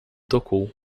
tocou